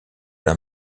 d’un